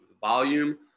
volume